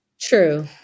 True